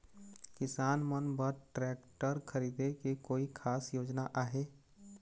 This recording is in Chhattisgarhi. किसान मन बर ट्रैक्टर खरीदे के कोई खास योजना आहे?